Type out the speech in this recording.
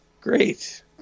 Great